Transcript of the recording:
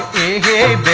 a a